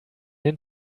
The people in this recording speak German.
den